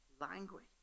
language